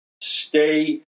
Stay